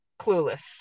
clueless